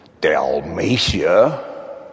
Dalmatia